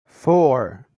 four